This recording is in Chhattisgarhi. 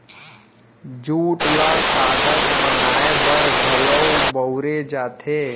जूट ल कागज बनाए बर घलौक बउरे जाथे